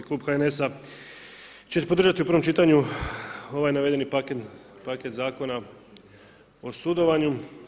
Klub HNS-a će podržati u prvom čitanju ovaj navedeni paket, paket zakona o sudovanju.